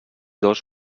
dos